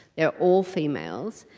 they are all females,